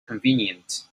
convenient